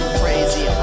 crazy